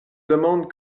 demande